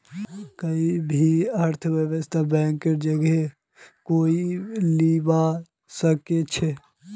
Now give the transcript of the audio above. कोई भी अर्थव्यवस्थात बैंकेर जगह कोई नी लीबा सके छेक